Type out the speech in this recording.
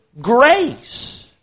grace